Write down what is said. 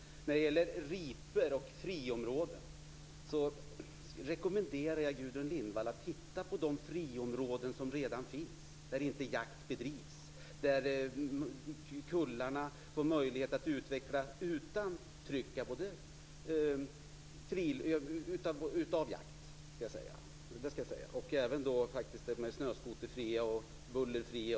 När det gäller ripor och friområden rekommenderar jag Gudrun Lindvall att titta på de friområden som redan finns. Där får kullarna möjlighet att utvecklas utan jakt. Dessa områden är även snöskoterfria och bullerfria.